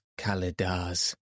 Kalidars